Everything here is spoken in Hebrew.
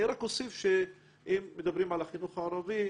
אני רק אוסיף שאם מדברים על החינוך הערבי,